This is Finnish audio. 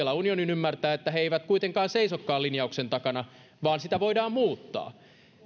alan unionin ymmärtää että he eivät seisokaan linjauksen takana vaan sitä voidaan muuttaa